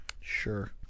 Sure